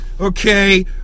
Okay